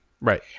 Right